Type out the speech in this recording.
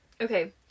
Okay